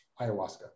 ayahuasca